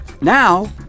Now